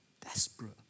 desperate